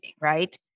right